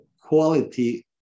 quality